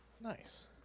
Nice